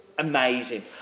Amazing